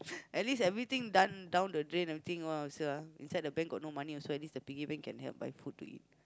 at least everything done down the drain everything all ah still ah inside the bank got no money also at least the piggy bank can help buy food to eat